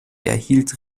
erhielt